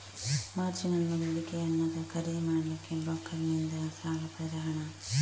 margin ಅನ್ನುದು ಹೂಡಿಕೆಯನ್ನ ಖರೀದಿ ಮಾಡ್ಲಿಕ್ಕೆ ಬ್ರೋಕರನ್ನಿಂದ ಸಾಲ ಪಡೆದ ಹಣ